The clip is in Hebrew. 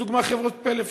לדוגמה, חברות פלאפון.